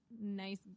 nice